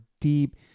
deep